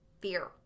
fear